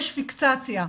יש פיקסציה.